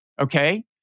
okay